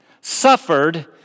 suffered